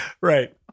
Right